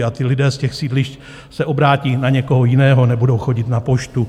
A lidé z těch sídlišť se obrátí na někoho jiného, nebudou chodit na poštu.